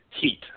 Heat